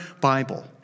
Bible